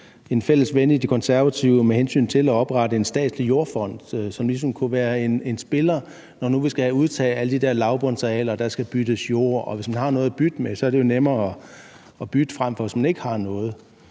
en fælles ven i De Konservative med hensyn til at oprette en statslig jordfond, som ligesom kunne være en spiller, når nu vi skal udtage alle de lavbundsarealer og der skal byttes jord, og hvis man har noget at bytte med, er det jo nemmere at bytte, end hvis man ikke har noget.